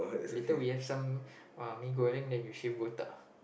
little we have some uh mee-goreng then you shave botak